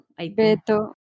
beto